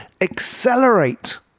accelerate